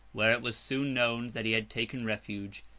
where it was soon known that he had taken refuge,